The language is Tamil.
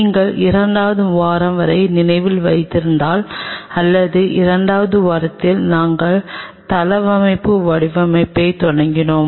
நீங்கள் இரண்டாவது வாரம் வரை நினைவில் வைத்திருந்தால் அல்லது இரண்டாவது வாரத்தில் நாங்கள் தளவமைப்பு வடிவமைப்பைத் தொடங்கினோம்